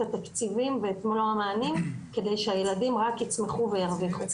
התקציבים ואת מלוא המענים כדי שהילדים רק יצמחו וירוויחו.